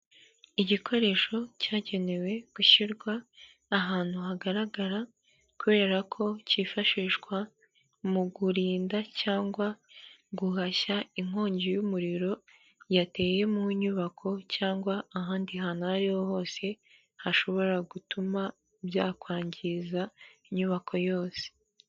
Igikoresho cyagenewe gushyirwa ahantu hagaragara, kubera ko cyifashishwa mu kurinda cyangwa guhashya inkongi y'umuriro yateye mu nyubako cyangwa ahandi hantu ariho hose hashobora gutuma byakwangiza inyubako yose.